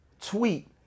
tweet